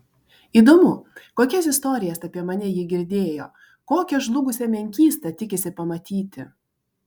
įdomu kokias istorijas apie mane ji girdėjo kokią žlugusią menkystą tikisi pamatyti